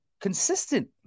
consistent